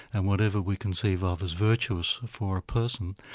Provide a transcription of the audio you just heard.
and whatever we conceive of as virtuous for a person,